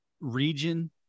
region